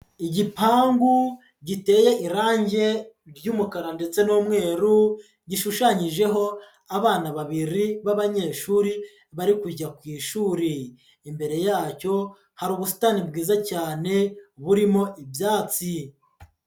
Igipangu giteye irangi ry'umukara ndetse n'umweru gishushanyijeho abana babiri b'abanyeshuri bari kujya ku ishuri, imbere yacyo hari ubusitani bwiza cyane burimo ibyatsi.